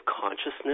consciousness